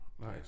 Nice